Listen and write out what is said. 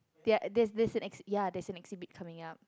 their there's there's an ex~ ya there's an exhibit coming up